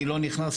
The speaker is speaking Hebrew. אני לא נכנס,